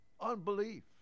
unbelief